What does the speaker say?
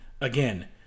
Again